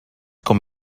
com